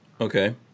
Okay